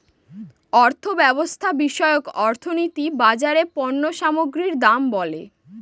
অর্থব্যবস্থা বিষয়ক অর্থনীতি বাজারে পণ্য সামগ্রীর দাম বলে